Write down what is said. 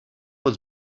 was